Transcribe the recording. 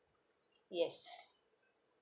yes